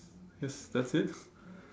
yes that's it